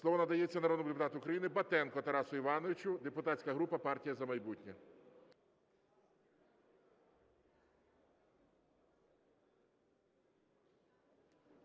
Слово надається народному депутату України Батенку Тарасу Івановичу, депутатська група "Партія "За майбутнє".